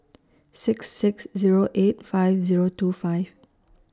six six Zero eight five Zero two five